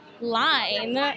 line